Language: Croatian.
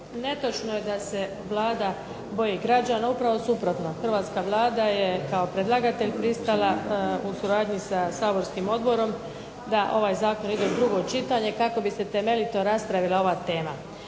Netočno je da se Vlada boji građana. Upravo suprotno, hrvatska Vlada je kao predlagatelj pristala u suradnji sa saborskim odborom da ovaj zakon ide u drugo čitanje kako bi se temeljito raspravila ova tema.